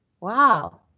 Wow